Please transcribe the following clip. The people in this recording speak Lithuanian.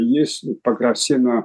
jis pagrasino